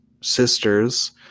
sisters